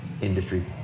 industry